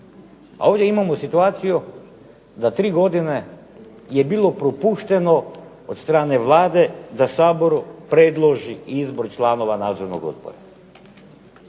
A ovdje imamo situaciju da tri godine je bilo propušteno od strane Vlade da Saboru predloži izbor članova nadzornog odbora.